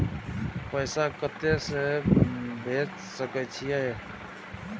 पैसा कते से भेज सके छिए?